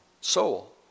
soul